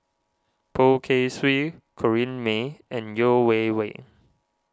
Poh Kay Swee Corrinne May and Yeo Wei Wei